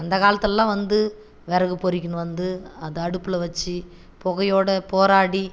அந்த காலத்துலலாம் வந்து விறகு பொரிக்கின்னு வந்து அந்த அடுப்பில் வச்சு புகையோடு போராடி